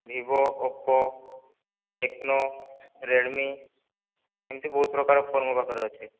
Vivo Oppo Tecno Redmi ଏମିତି ବହୁତ ପ୍ରକାର ଫୋନ୍ ମୋ ପାଖରେ ଅଛି